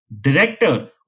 Director